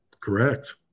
Correct